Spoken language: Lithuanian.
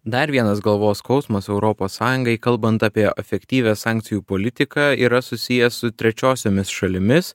dar vienas galvos skausmas europos sąjungai kalbant apie efektyvią sankcijų politiką yra susijęs su trečiosiomis šalimis